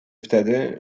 wtedy